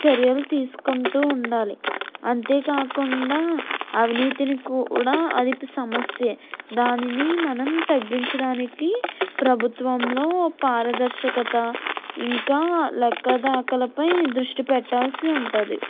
చర్యలు తీసుకుంటూ ఉండాలి అంతేకాకుండా అవినీతిని కూడా అది సమస్యే దానిని మనం తగ్గించడానికి ప్రభుత్వంలో పారదర్శకత ఇంకా లెక్కదాకలపై దృష్టి పెట్టాల్సి ఉంటుంది